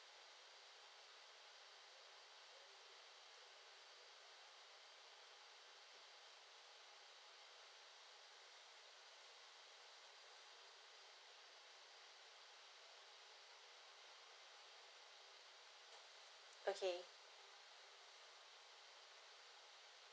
okay